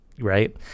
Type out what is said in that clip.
right